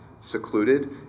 secluded